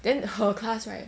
then her class right